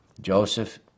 Joseph